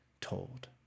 told